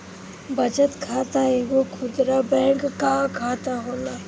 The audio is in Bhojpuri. बचत खाता एगो खुदरा बैंक कअ खाता होला